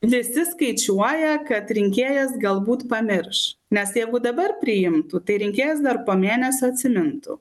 visi skaičiuoja kad rinkėjas galbūt pamirš nes jeigu dabar priimtų tai rinkėjas dar po mėnesio atsimintų